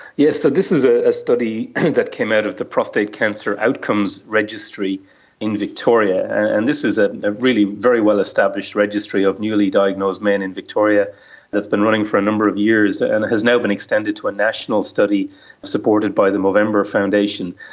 yes, so this is a a study that came out of the prostate cancer outcomes registry in victoria, and this is a really very well established registry of newly diagnosed men in victoria that's been running for a number of years and has now been extended to a national study supported by the movember foundation.